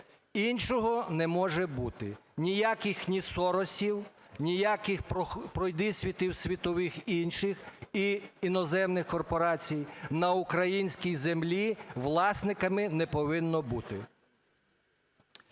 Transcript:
Іншого не може бути. Ніяких ні Соросів, ніяких пройдисвітів світових інших і іноземних корпорацій на українській землі власниками не повинно бути.